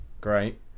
Great